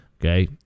Okay